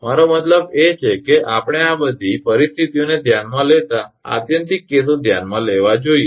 મારો મતલબ એ છે કે આપણે આ બધી પરિસ્થિતિઓને ધ્યાનમાં લેતા આત્યંતિક કેસો ધ્યાનમાં લેવા જોઈએ